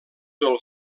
del